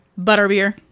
Butterbeer